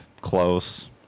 close